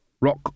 rock